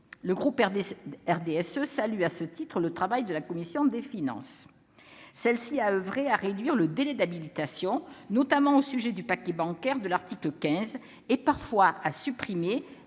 le groupe du RDSE salue le travail de la commission des finances. Elle a oeuvré à réduire le délai d'habilitation, notamment au sujet du paquet bancaire de l'article 15. Elle a même supprimé